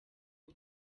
ubu